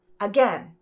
Again